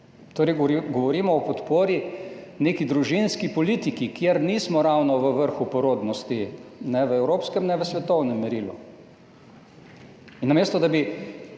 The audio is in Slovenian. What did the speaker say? govorimo o podpori neki družinski politiki, kjer nismo ravno v vrhu po rodnosti, ne v evropskem, ne v svetovnem merilu. Namesto da bi